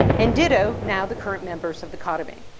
and ditto, now the current members of the cautabin,